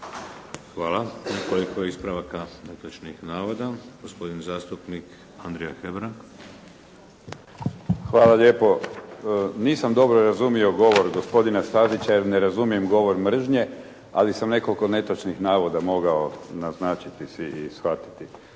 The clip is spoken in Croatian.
Hvala. Koliko ispravaka netočnih navoda. Gospodin zastupnik Andrija Hebrang. **Hebrang, Andrija (HDZ)** Hvala lijepo. Nisam dobro razumio govor gospodina Stazića jer ne razumijem govor mržnje, ali sam nekoliko netočnih navoda mogao naznačiti si i shvatiti